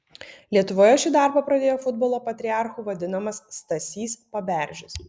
lietuvoje šį darbą pradėjo futbolo patriarchu vadinamas stasys paberžis